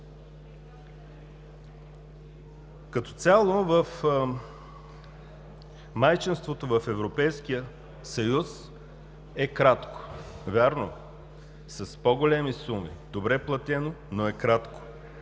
Като цяло майчинството в Европейския съюз е кратко. Вярно, с по-големи суми, добре платено, но е кратко.